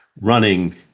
running